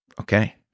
Okay